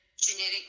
genetic